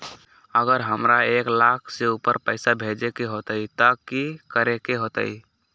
अगर हमरा एक लाख से ऊपर पैसा भेजे के होतई त की करेके होतय?